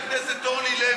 חברת הכנסת אורלי לוי.